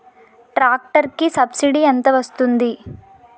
Tractor కి subsidy ఎంత వస్తుంది?